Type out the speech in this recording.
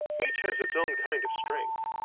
each has its own kind of strength.